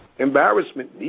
Embarrassment